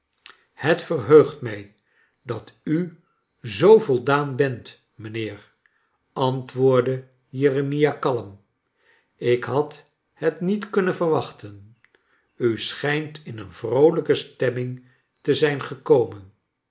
het verheugt mij dat u zoo voldaan bent mijnheer antwoordde jeremia kalm ik had het niet kunnen verwachten u schijnt in een vroolijke stemming te zijn gekomen